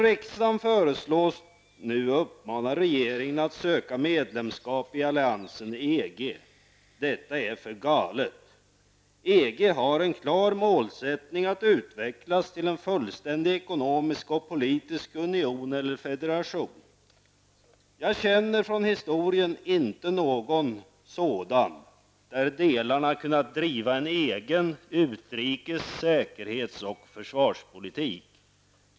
Riksdagen föreslås nu uppmana regeringen att söka medlemskap i alliansen EG. Detta är för galet! EG har en klar målsättning att utvecklas till en fullständig ekonomisk och politisk union eller federation. Jag känner från historien inte till någon sådan där delarna kunnat driva egen utrikes-, säkerhets och försvarspolitik.